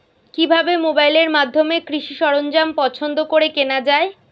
কিভাবে মোবাইলের মাধ্যমে কৃষি সরঞ্জাম পছন্দ করে কেনা হয়?